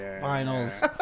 finals